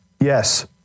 Yes